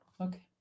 Okay